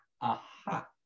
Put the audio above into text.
Aha